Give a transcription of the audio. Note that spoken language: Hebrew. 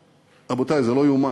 רבותי, זה לא ייאמן,